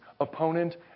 opponent